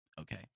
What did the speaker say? okay